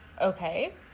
Okay